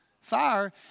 fire